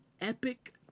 epic